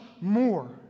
more